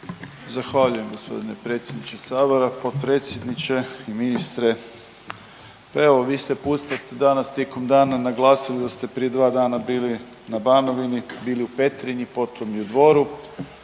Zahvaljujem potpredsjedniče sabora. Potpredsjedniče i ministre, pa evo više puta ste danas tijekom dana naglasili da ste prije 2 dana bili na Banovini, bili u Petrinji potom i u Dvoru.